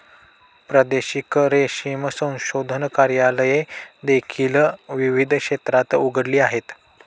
प्रादेशिक रेशीम संशोधन कार्यालये देखील विविध क्षेत्रात उघडली आहेत